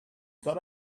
got